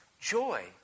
Joy